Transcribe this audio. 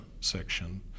section